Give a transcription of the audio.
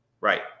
Right